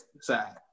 side